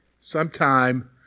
sometime